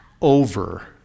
over